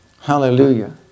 Hallelujah